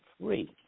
free